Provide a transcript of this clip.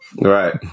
Right